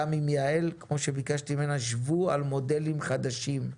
וגם מיעל, תדונו על מודלים חדשים,